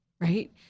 right